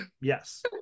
Yes